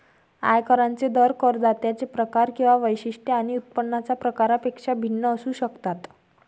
आयकरांचे दर करदात्यांचे प्रकार किंवा वैशिष्ट्ये आणि उत्पन्नाच्या प्रकारापेक्षा भिन्न असू शकतात